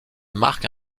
marque